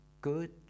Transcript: good